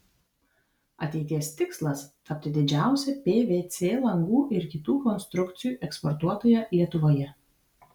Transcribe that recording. ateities tikslas tapti didžiausia pvc langų ir kitų konstrukcijų eksportuotoja lietuvoje